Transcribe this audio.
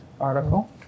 article